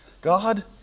God